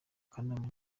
kanama